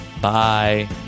Bye